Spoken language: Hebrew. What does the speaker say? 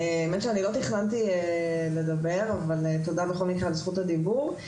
באמת שאני לא תכננתי לדבר אבל תודה בכל מקרה על זכות הדיבור,